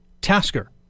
Tasker